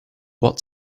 what